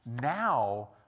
now